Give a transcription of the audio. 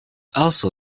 also